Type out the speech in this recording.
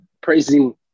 praising